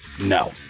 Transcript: No